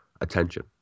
attention